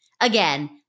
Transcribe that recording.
Again